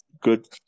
Good